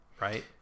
right